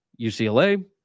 UCLA